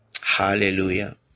hallelujah